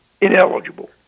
ineligible